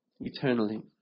eternally